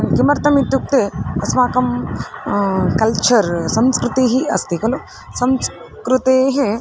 किमर्थम् इत्युक्ते अस्माकं कल्चर् संस्कृतिः अस्ति खलु संस्कृतेः